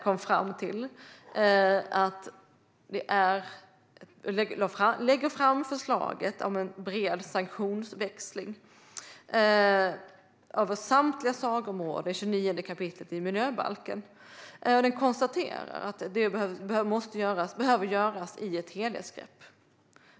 Den utredningen lade fram förslaget om en bred sanktionsväxling. Det gäller samtliga sakområden i 29 kap. i miljöbalken. Man konstaterade att detta behöver göras i ett helhetsgrepp.